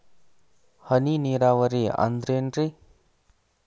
ಹನಿ ನೇರಾವರಿ ಅಂದ್ರೇನ್ರೇ?